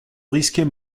risquer